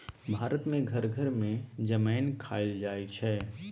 भारत मे घर घर मे जमैन खाएल जाइ छै